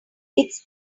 its